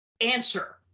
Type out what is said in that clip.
answer